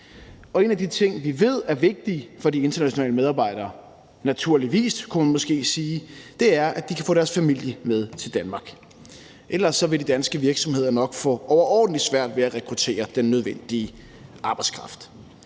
En af de ting, vi ved er vigtig for de internationale medarbejdere, er naturligvis, kunne man måske sige, at de kan få deres familie med til Danmark, for ellers vil de danske virksomheder nok få overordentlig svært ved at rekruttere den nødvendige arbejdskraft.